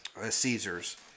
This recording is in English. Caesar's